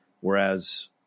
whereas